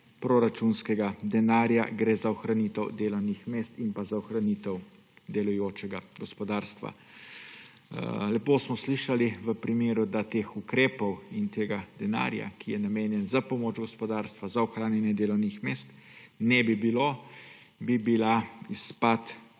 proračunskega denarja gre za ohranitev delovnih mest in za ohranitev delujočega gospodarstva. Lepo smo slišali, da če teh ukrepov in tega denarja, ki je namenjen za pomoč gospodarstvu, za ohranjanje delovnih mest, ne bi bilo, bi bil izpad